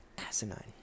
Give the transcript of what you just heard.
asinine